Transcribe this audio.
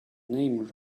name